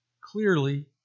clearly